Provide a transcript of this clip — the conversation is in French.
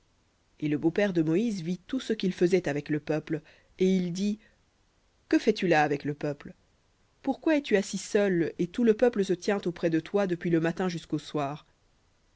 et le beau-père de moïse vit tout ce qu'il faisait avec le peuple et il dit que fais-tu là avec le peuple pourquoi es-tu assis seul et tout le peuple se tient auprès de toi depuis le matin jusqu'au soir